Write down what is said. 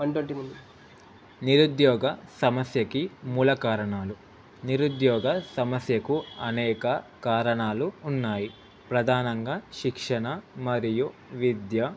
one twenty ఉంది నిరుద్యోగ సమస్యకి మూల కారణాలు నిరుద్యోగ సమస్యకు అనేక కారణాలు ఉన్నాయి ప్రధానంగా శిక్షణ మరియు విద్య